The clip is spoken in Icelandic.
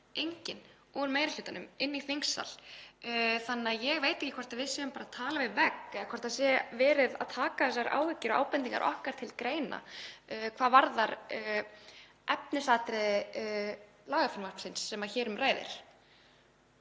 enginn úr meiri hlutanum í þingsal þannig að ég veit ekki hvort við erum bara að tala við vegg eða hvort verið er að taka þessar áhyggjur og ábendingar okkar til greina hvað varðar efnisatriði lagafrumvarpsins sem hér um ræðir.